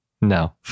No